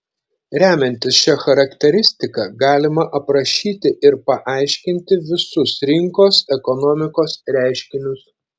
remiantis šia charakteristika galima aprašyti ir paaiškinti visus rinkos ekonomikos reiškinius